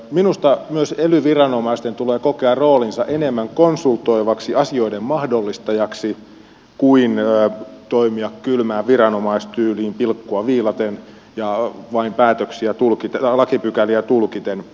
minusta myös ely viranomaisten tulee kokea roolinsa enemmän konsultoivaksi asioiden mahdollistajaksi kuin toimia kylmään viranomaistyyliin pilkkua viilaten ja vain lakipykäliä tulkiten